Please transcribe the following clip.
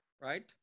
right